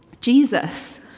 Jesus